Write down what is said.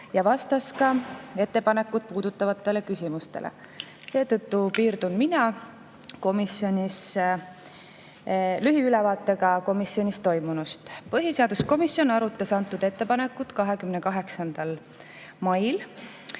ja vastas ka ettepanekut puudutavatele küsimustele. Seetõttu piirdun mina lühiülevaatega komisjonis toimunust. Põhiseaduskomisjon arutas seda ettepanekut 28. mail.